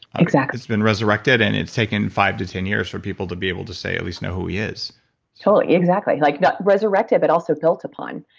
ah it's been resurrected and it's taken five to ten years for people to be able to, say, at least know who he is totally. exactly, like not resurrected, but also built upon.